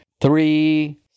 three